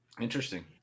Interesting